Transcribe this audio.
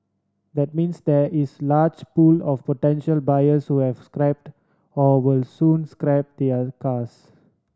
that means there is large pool of potential buyers who have scrapped or will soon scrap their cars